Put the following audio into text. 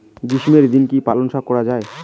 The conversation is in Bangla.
গ্রীষ্মের দিনে কি পালন শাখ করা য়ায়?